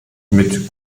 mit